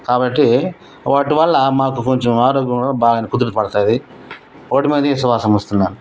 కాబట్టి వాటి వల్ల మాకు కొంచెం ఆరోగ్యం కూడా బాగానే కుదుట పడుతుంది వాటి మీదే విశ్వాసం ఉంచుతున్నాను